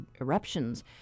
eruptions